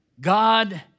God